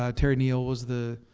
ah terry neal was the